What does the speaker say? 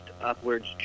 upwards